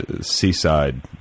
seaside